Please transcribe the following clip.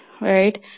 Right